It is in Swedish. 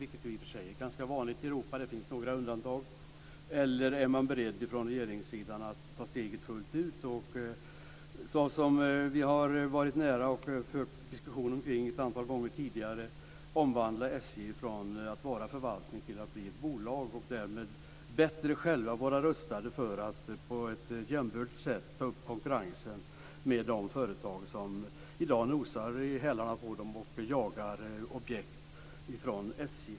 Det är ganska vanligt i Europa; det finns några undantag. Eller är man beredd från regeringssidan att ta steget fullt ut och omvandla SJ från en förvaltning till ett bolag. Vi har varit nära det och fört en diskussion omkring det ett antal gånger tidigare. Därmed skulle SJ vara bättre rustat för att på ett jämbördigt sätt ta upp konkurrensen med de företag som i dag nosar SJ i hälarna och jagar objekt från SJ.